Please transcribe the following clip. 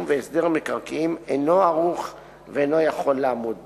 והסדר מקרקעין אינו ערוך לה ואינו יכול לעמוד בה.